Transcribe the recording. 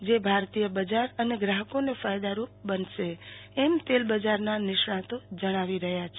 જે ભારતીય બજાર અને ગ્રાહકોને ફાયદારૂપ બનશે એમ તેલબજારના નિષ્ણાંતો જણાવી રહ્યા છે